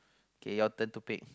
kay your turn to pick